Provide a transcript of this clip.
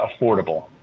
affordable